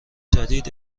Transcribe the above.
جدید